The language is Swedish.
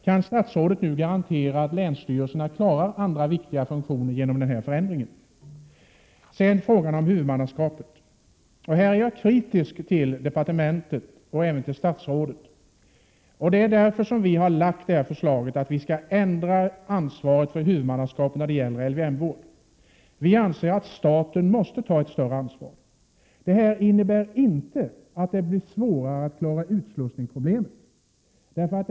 Kan statsrådet nu garantera att länsstyrelserna genom denna förändring också kan klara andra viktiga funktioner? Så till ftågan om huvudmannaskapet. Här är jag kritisk mot departementet och även mot statsrådet. Det är därför vi föreslagit att man skall ändra ansvar för huvudmannaskapet när det gäller LVM-vård. Vi anser att staten måste ta ett större ansvar. Det innebär inte att det blir svårare att klara utslussningsproblemet.